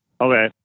Okay